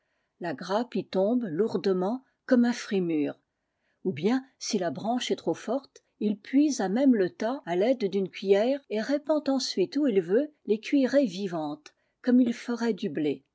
la grappe y tombe lourdement i ime un fruit mûr ou bien si la branche est i forte il puise à même le tas à l'aide i ne cuiller et répand ensuite où il veut les cuillerées vivantes comme il ferait lu blé